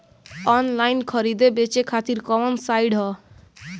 Online खरीदे बेचे खातिर कवन साइड ह?